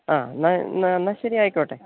ആ എന്നാൽ എന്നാൽ ശരി ആയിക്കോട്ടെ